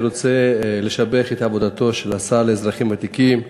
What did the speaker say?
אני רוצה לשבח את עבודתו של השר לאזרחים ותיקים,